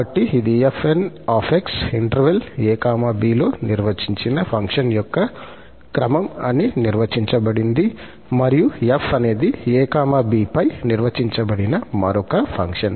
కాబట్టి ఇది 𝑓𝑛 𝑥 ఇంటర్వెల్ 𝑎 𝑏 లో నిర్వచించిన ఫంక్షన్ యొక్క క్రమం అని నిర్వచించబడింది మరియు 𝑓అనేది 𝑎 𝑏 పై నిర్వచించబడిన మరొక ఫంక్షన్